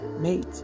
mate